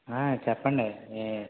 చెప్పండి ఈ